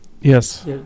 Yes